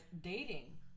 Dating